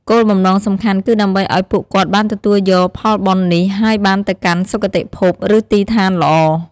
គោលបំណងសំខាន់គឺដើម្បីឲ្យពួកគាត់បានទទួលយកផលបុណ្យនេះ ហើយបានទៅកាន់សុគតិភព ឬទីឋានល្អ។